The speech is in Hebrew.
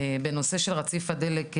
בנושא של רציף הדלק בחיפה,